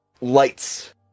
lights